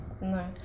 No